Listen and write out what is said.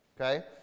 okay